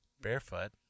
barefoot